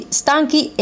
stanchi